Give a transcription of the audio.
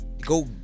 go